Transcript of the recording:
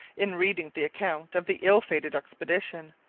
in reading the account of the ill-fated expedition,